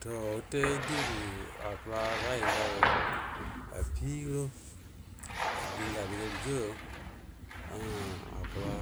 Do wute digə akula rayi ngan yo affido dingə aligaaru jango akula